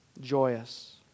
Joyous